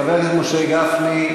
חבר הכנסת משה גפני,